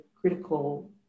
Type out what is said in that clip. critical